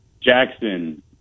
Jackson